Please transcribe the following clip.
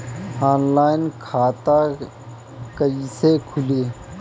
Online खाता कईसे खुलि?